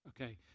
Okay